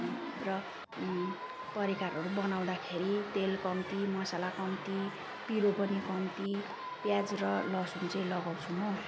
र परिकारहरू बनाउँदाखेरि तेल कम्ती मसला कम्ती पिरो पनि कम्ती प्याज र लहसुन चाहिँ लगाउँछु म